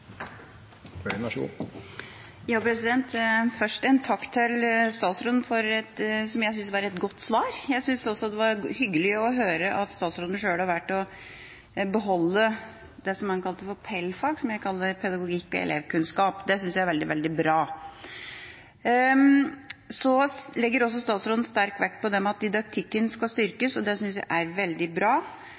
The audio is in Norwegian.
Først en takk til statsråden for det jeg synes var et godt svar. Jeg synes også det var hyggelig å høre at statsråden sjøl har valgt å beholde det som han kalte for PEL-fag, som jeg kaller pedagogikk og elevkunnskap. Det synes jeg er veldig, veldig bra. Statsråden legger også sterk vekt på det at didaktikken skal styrkes, og det synes jeg er veldig bra.